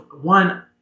one